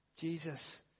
jesus